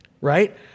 Right